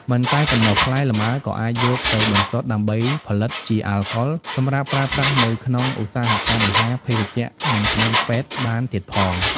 មិនតែប៉ុណ្ណោះ ផ្លែលម៉ើក៏អាចយកទៅបន្សុទ្ធដើម្បីផលិតជា អាល់កុល សម្រាប់ប្រើប្រាស់នៅក្នុងឧស្សាហកម្មអាហារ ភេសជ្ជៈ និងថ្នាំពេទ្យបានទៀតផង។